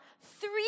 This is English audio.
three